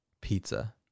pizza